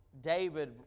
David